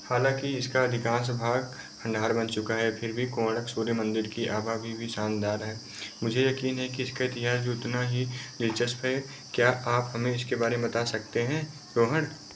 हालाँकि इसका अधिकांश भाग खंडहर बन चुका है फ़िर भी कोनार्क सूर्य मंदिर की आभा अभी भी शानदार है मुझे यकीन है कि इसका इतिहास भी उतना ही दिलचस्प है क्या आप हमें इसके बारे में बता सकते हैं रोहन